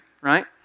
Right